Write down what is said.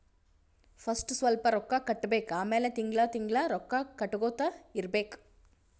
first ಸ್ವಲ್ಪ್ ರೊಕ್ಕಾ ಕಟ್ಟಬೇಕ್ ಆಮ್ಯಾಲ ತಿಂಗಳಾ ತಿಂಗಳಾ ರೊಕ್ಕಾ ಕಟ್ಟಗೊತ್ತಾ ಇರ್ಬೇಕ್